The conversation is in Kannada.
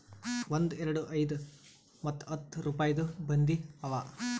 ಒಂದ್, ಎರಡು, ಐಯ್ದ ಮತ್ತ ಹತ್ತ್ ರುಪಾಯಿದು ಬಂದಿ ಅವಾ